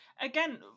again